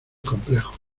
complejos